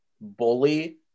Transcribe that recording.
bully